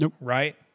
right